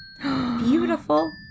beautiful